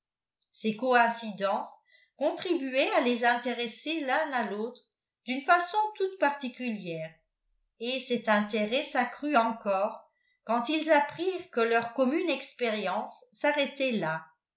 ces coïncidences contribuaient à les intéresser l'un à l'autre d'une façon toute particulière et cet intérêt s'accrut encore quand ils apprirent que leur commune expérience s'arrêtait là